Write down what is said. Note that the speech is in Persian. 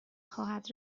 خواهد